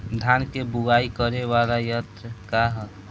धान के बुवाई करे वाला यत्र का ह?